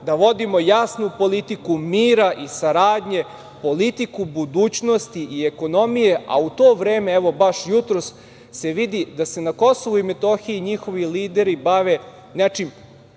da vodimo jasnu politiku mira i saradnje, politiku budućnosti i ekonomije, a u to vreme, evo, baš jutros se vidi da se na Kosovu i Metohiji njihovi lideri bave nečim